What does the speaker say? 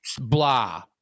blah